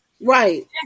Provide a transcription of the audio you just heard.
Right